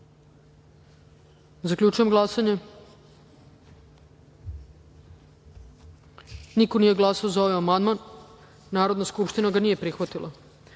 amandman. Zaključujem glasanje: niko nije glasao za ovaj amandman. Narodna skupština ga nije prihvatila. Na